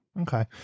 Okay